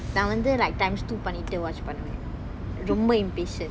நா வந்து:naa vanthu like tongues to பண்ணிட்டு:pannittu watch பண்ணுவன் ரொம்ப:pannuvan romba impatient